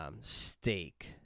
steak